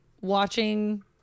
watching